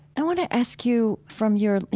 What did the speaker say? i want to ask you from your, you